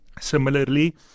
Similarly